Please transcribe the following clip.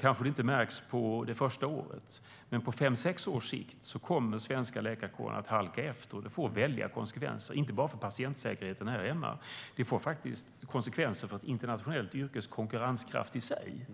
kanske det inte märks under det första året, men på fem sex års sikt kommer den svenska läkarkåren att halka efter, och det får väldiga konsekvenser inte bara för patientsäkerheten här hemma utan också för ett internationellt yrkes konkurrenskraft i sig.